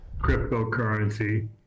cryptocurrency